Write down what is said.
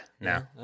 No